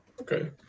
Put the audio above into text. Okay